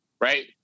Right